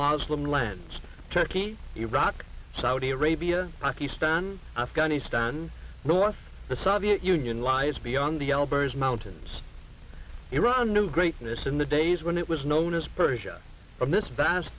moslem lands turkey iraq saudi arabia pakistan afghanistan north the soviet union lies beyond the l bers mountains iran knew greatness in the days when it was known as persia on this vast